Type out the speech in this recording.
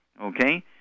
Okay